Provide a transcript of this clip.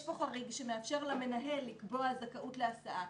יש כאן חריג שמאפשר למנהל לקבוע זכאות להסעה